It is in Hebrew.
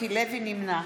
נמנע